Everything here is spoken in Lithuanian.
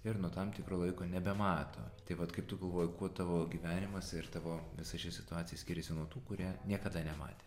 ir nuo tam tikro laiko nebemato tai vat kaip tu galvoji kuo tavo gyvenimas ir tavo visa ši situacija skiriasi nuo tų kurie niekada nematė